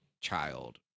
child